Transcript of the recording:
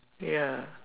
ya